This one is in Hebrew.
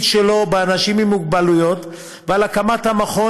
שלו באנשים עם מוגבלות ועל הקמת המכון,